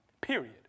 period